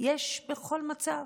יש בכל מצב.